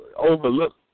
overlook